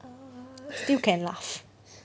still can laugh